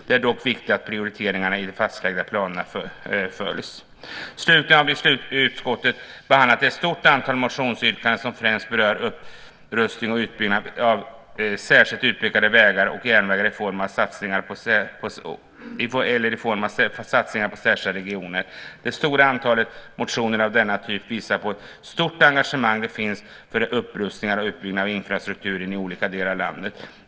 Det är dock viktigt att prioriteringarna i de fastlagda planerna följs. Slutligen har vi i utskottet behandlat ett stort antal motionsyrkanden som främst berör upprustning och utbyggnad av särskilt utpekade vägar och järnvägar i form av satsningar på särskilda regioner. Det stora antalet motioner som behandlar förslag av denna typ visar på ett stort engagemang för upprustning och utbyggnad av infrastruktur i olika delar av landet.